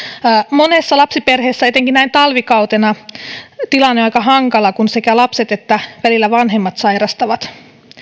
monessa lapsiperheessä etenkin näin talvikautena tilanne on aika hankala kun sekä lapset että välillä vanhemmat sairastavat